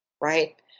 right